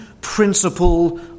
principle